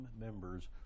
members